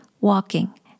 walking